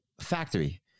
factory